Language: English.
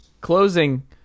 Closing